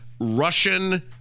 Russian